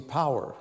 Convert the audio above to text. power